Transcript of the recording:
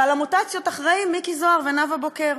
ולמוטציות אחראים מיקי זוהר ונאוה בוקר.